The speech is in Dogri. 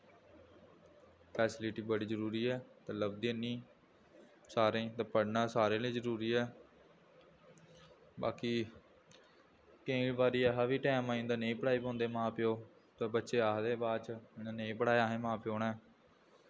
फैसलिटी बड़ी जरूरी ऐ ते लभदी हैनी सारें गी ते पढ़ना सारें लेई जरूरी ऐ बाकी केईं बारी ऐसा बी टैम आई जंदा नेईं पढ़ाई पांदे मां प्यो ते बच्चे आखदे बाद च उ'नें नेईं पढ़ाया असेंगी मां प्यो ने